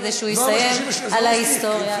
כדי שהוא יסיים על ההיסטוריה.